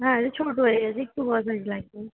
হ্যাঁ ছোটো হয়ে যাচ্ছে একটু বড়ো সাইজ লাগবে